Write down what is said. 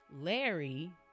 Larry